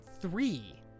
Three